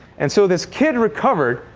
and so this kid recovered,